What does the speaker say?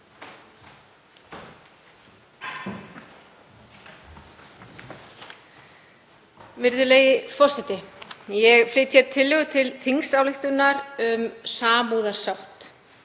Virðulegi forseti. Ég flyt hér tillögu til þingsályktunar um samúðarsátt.